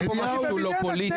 אין פה משהו שהוא לא פוליטי,